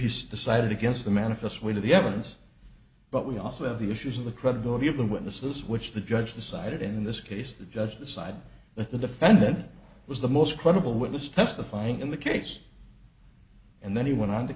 his decided against the manifest way to the evidence but we also have the issues of the credibility of the witnesses which the judge decided in this case the judge decided that the defendant was the most credible witness testifying in the case and then he went on to